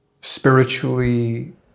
spiritually